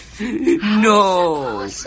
No